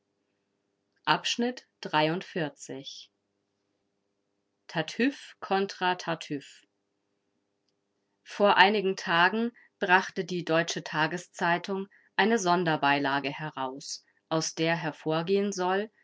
volks-zeitung tartüff kontra tartüff vor einigen tagen brachte die deutsche tageszeitung eine sonderbeilage heraus aus der hervorgehen soll